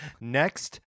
Next